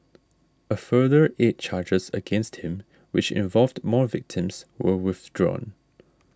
a further eight charges against him which involved more victims were withdrawn